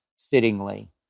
fittingly